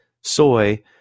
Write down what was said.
soy